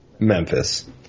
Memphis